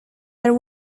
there